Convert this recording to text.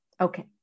Okay